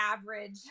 average